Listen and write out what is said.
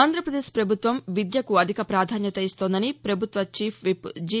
ఆంధ్రప్రదేశ్ ప్రభుత్వం విద్యకు అధిక ప్రాధాన్యత ఇస్తోందని ప్రభుత్వ చీఫ్ విప్ జి